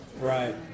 right